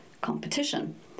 competition